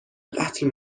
قتل